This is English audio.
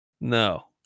No